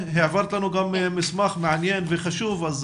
העברת לנו גם מסמך מעניין וחשוב,